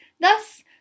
Thus